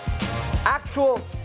actual